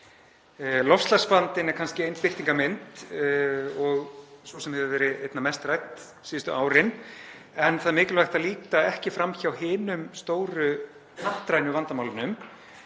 Loftslagsvandinn er kannski ein birtingarmynd og sú sem hefur verið einna mest rædd síðustu árin, en það er mikilvægt að líta ekki fram hjá hinum stóru hnattrænu vandamálunum;